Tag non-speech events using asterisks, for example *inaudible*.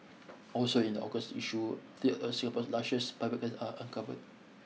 also in the August issue three of Singapore's lushest private *unintelligible* are uncovered